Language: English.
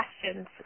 questions